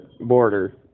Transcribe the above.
border